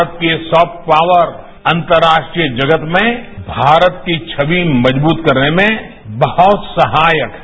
भारत की soft power अंतर्राष्ट्रीय जगत में भारत की छावि मजबूत करने में बहुत सहायक है